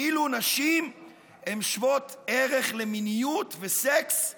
כאילו נשים הן שוות ערך למיניות וסקס וזהו,